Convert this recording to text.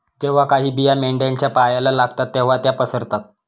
जेव्हा काही बिया मेंढ्यांच्या पायाला लागतात तेव्हा त्या पसरतात